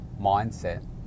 mindset